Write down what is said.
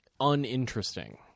uninteresting